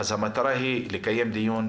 המטרה היא לקיים דיון,